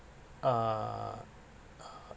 err